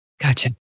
Gotcha